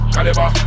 Caliber